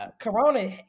Corona